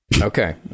Okay